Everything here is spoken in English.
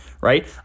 right